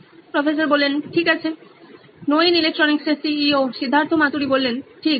Siddharth Maturi CEO নইন electronics ঠিক